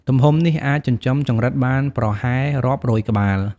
ទំហំនេះអាចចិញ្ចឹមចង្រិតបានប្រហែលរាប់រយក្បាល។